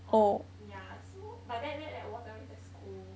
um yeah so but that that was with the school